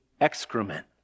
excrement